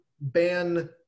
ban